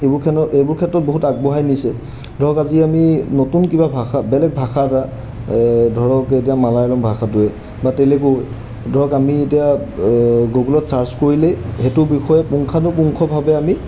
এইবোৰ খেন এইবোৰ ক্ষেত্ৰত বহুত আগবঢ়াই নিছে ধৰক আজি আমি নতুন কিবা ভাষা বেলেগ ভাষা এটা ধৰক এতিয়া মালায়ালম ভাষাটোৱে বা তেলেগু ধৰক আমি এতিয়া গুগলত ছাৰ্চ কৰিলেই সেইটো বিষয়ে পুংখাণুপুংখভাৱে আমি